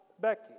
Becky